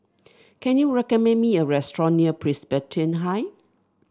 can you recommend me a restaurant near Presbyterian High